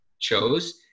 chose